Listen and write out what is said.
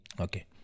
Okay